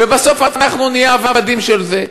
ובסוף אנחנו נהיה עבדים של זה.